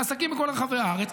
לעסקים בכל רחבי הארץ.